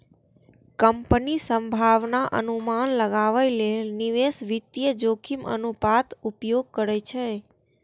कंपनीक संभावनाक अनुमान लगाबै लेल निवेशक वित्तीय जोखिम अनुपातक उपयोग करै छै